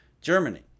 Germany